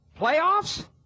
playoffs